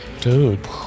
Dude